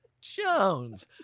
Jones